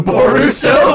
Boruto